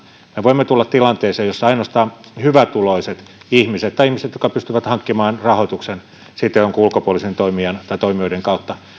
me voimme tulla tilanteeseen jossa ainoastaan hyvätuloiset ihmiset tai ihmiset jotka pystyvät hankkimaan rahoituksen jonkun ulkopuolisen toimijan tai toimijoiden kautta